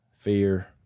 fear